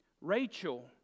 Rachel